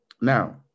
Now